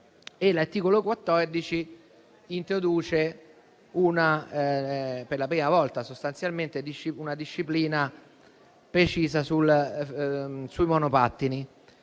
L'articolo 14 introduce per la prima volta una disciplina precisa sui monopattini.